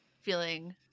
feeling